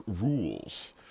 rules